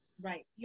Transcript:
right